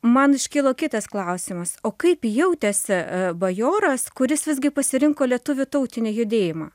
man iškilo kitas klausimas o kaip jautėsi bajoras kuris visgi pasirinko lietuvių tautinį judėjimą